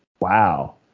wow